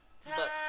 Time